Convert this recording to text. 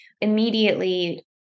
immediately